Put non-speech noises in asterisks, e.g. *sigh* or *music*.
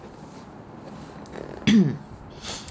*coughs* *breath*